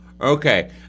Okay